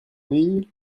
ville